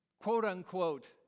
quote-unquote